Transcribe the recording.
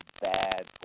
bad